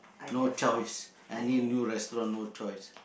no choice any new restaurant no choice